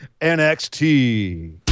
NXT